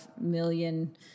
million